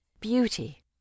beauty